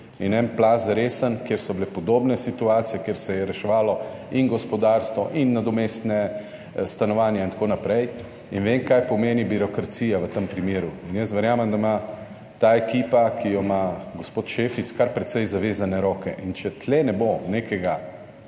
in en plaz resen, kjer so bile podobne situacije, kjer se je reševalo in gospodarstvo in nadomestna stanovanja in tako naprej in vem kaj pomeni birokracija v tem primeru. Jaz verjamem, da ima ta ekipa ki jo ima gospod Šefic kar precej zavezane roke in če tu ne bo nekega